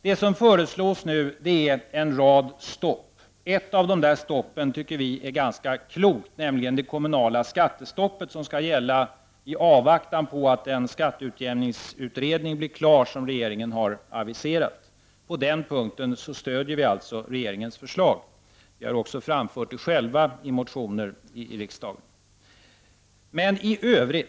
Det föreslås nu en rad stopp. Ett av dessa stopp tycker vi är ganska klokt, nämligen det kommunala skattestoppet, som skall gälla i avvaktan på att en skatteutjämningsutredning som regeringen har aviserat blir klar. På den punkten stöder vi således regeringens förslag. Vi har också framfört det förslaget själva i motioner till riksdagen.